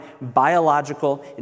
biological